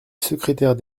secrétaire